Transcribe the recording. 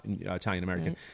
Italian-American